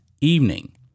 evening